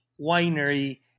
winery